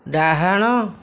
ଡାହାଣ